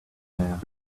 there